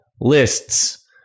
lists